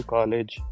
College